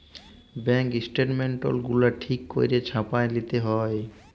bank statements গুলা ঠিক ক্যইরে ছাপাঁয় লিতে হ্যয়